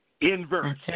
inverse